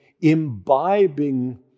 imbibing